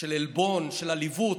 של עלבון, של עליבות,